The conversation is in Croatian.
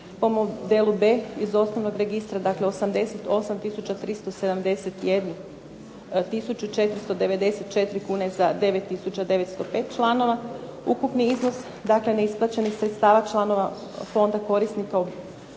Po modelu B iz osnovnog registra, dakle 88 tisuća 371 tisuću 494 kune za 9905 članova. Ukupni iznos dakle neisplaćenih sredstava članova fonda korisnika najviših